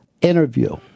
interview